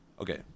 Okay